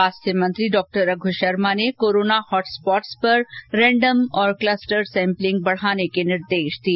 स्वास्थ्य मंत्री डॉ रघु शर्मा ने कोरोना हॉटस्पॉटों पर रेंडम और क्लस्टर सैम्पलिंग बढ़ाने के निर्देश दिए